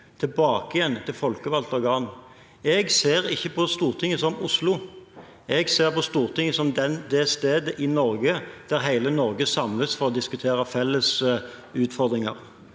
tilbake igjen til folkevalgte organer. Jeg ser ikke på Stortinget som Oslo. Jeg ser på Stortinget som det stedet i Norge der hele Norge samles for å diskutere felles utfordringer.